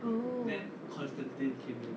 oh